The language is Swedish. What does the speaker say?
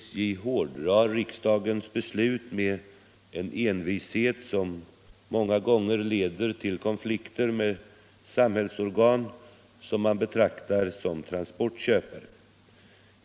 SJ hårdrar riksdagens beslut med en envishet som många gånger leder till konflikter med samhällsorgan som betraktas som transportköpare.